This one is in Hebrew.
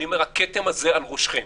הכתם הזה על ראשכם.